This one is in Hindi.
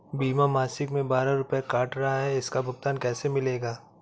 बीमा मासिक में बारह रुपय काट रहा है इसका भुगतान कैसे मिलेगा?